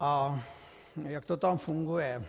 A jak to tam funguje?